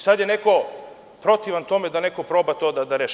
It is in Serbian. Sada je neko protivan tome da neko proba to da reši.